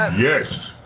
yes!